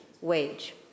wage